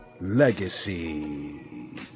Legacy